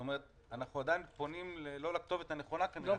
זאת אומרת שאנחנו עדיין פונים לא לכתובת הנכונה כנראה.